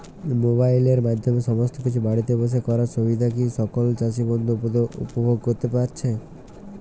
মোবাইলের মাধ্যমে সমস্ত কিছু বাড়িতে বসে করার সুবিধা কি সকল চাষী বন্ধু উপভোগ করতে পারছে?